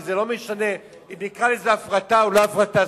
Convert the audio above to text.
זה לא משנה אם נקרא לזה הפרטה או לא הפרטה,